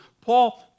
Paul